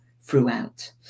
throughout